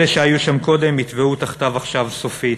אלה שהיו שם קודם יטבעו תחתיו עכשיו סופית.